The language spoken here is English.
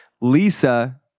Lisa